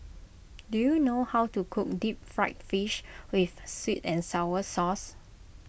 do you know how to cook Deep Fried Fish with Sweet and Sour Sauce